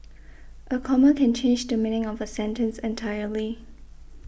a comma can change the meaning of a sentence entirely